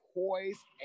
poised